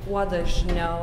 kuo dažniau